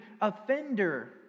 offender